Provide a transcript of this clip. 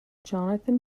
jonathan